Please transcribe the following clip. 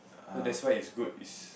so that's why it's good it's